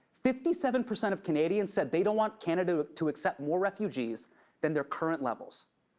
fifty seven percent of canadians said they don't want canada to accept more refugees than their current levels.